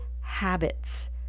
habits